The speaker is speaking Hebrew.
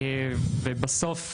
ובסוף,